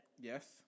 Yes